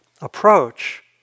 approach